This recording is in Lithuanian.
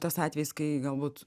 tas atvejis kai galbūt